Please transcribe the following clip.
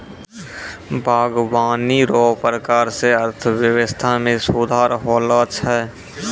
बागवानी रो प्रकार से अर्थव्यबस्था मे सुधार होलो छै